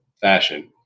fashion